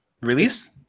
release